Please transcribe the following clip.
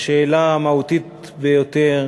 השאלה המהותית ביותר